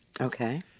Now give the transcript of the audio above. Okay